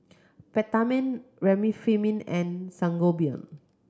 Peptamen Remifemin and Sangobion